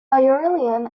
aurelian